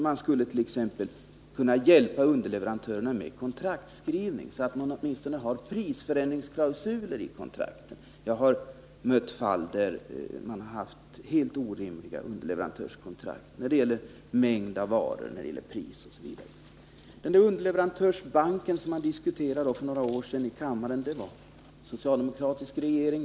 Man skulle t.ex. kunna hjälpa underleverantörerna med kontraktsskrivning, så att det åtminstone finns prisförändringsklausuler i kontrakten. Jag har träffat på fall där man haft helt orimliga underleverantörskontrakt när det gällt mängd av varor, priser osv. För några år sedan diskuterades här i kammaren frågan om underleverantörsbanker. Då var det socialdemokratisk regering.